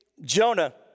Jonah